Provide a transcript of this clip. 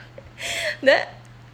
then